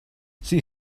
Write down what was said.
sie